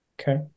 Okay